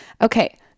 Okay